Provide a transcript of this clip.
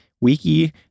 wiki